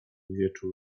wieczór